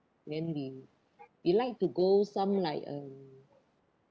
then we we like to go some like uh